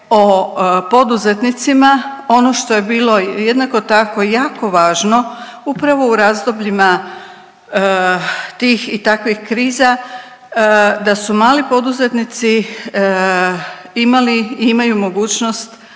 o poduzetnicima, ono što je bilo jednako tako jako važno upravo u razdobljima tih i takvih kriza da su mali poduzetnici imali i imaju mogućnost plaćanja